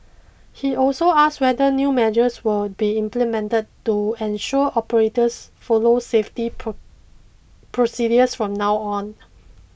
he also asked whether new measures would be implemented to ensure the operators follow safety procedures from now on